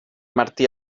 martí